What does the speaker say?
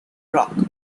rock